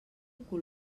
cul